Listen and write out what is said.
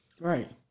Right